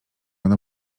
ono